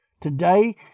Today